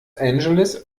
angeles